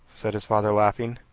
said his father, laughing.